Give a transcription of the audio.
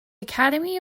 academy